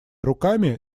руками